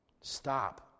stop